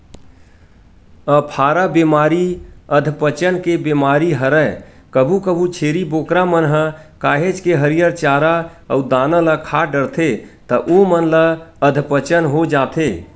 अफारा बेमारी अधपचन के बेमारी हरय कभू कभू छेरी बोकरा मन ह काहेच के हरियर चारा अउ दाना ल खा डरथे त ओमन ल अधपचन हो जाथे